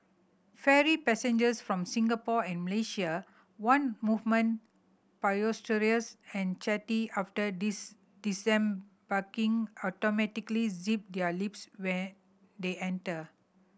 ferry passengers from Singapore and Malaysia one moment boisterous and chatty after disembarking automatically zip their lips when they enter